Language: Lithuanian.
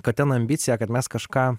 kad ten ambicija kad mes kažką